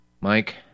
Mike